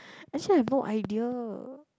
actually I have no idea